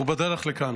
הוא בדרך לכאן.